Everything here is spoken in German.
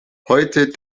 heute